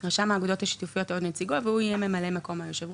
רשם האגודות השיתופיות או נציגו והוא יהיה ממלא מקום יושב הראש,